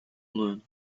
moon